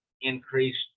increased